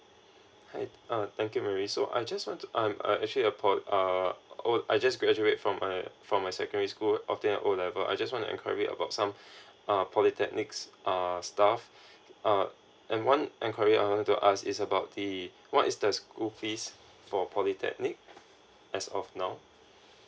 hi uh thank you mary so I just want to uh uh actually upon uh oh I just graduated from uh from my secondary school of the O level I just want to inquiry about some uh polytechnics err stuff uh and one inquiry I want to ask is about the what is the school fees for polytechnic as of now